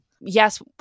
yes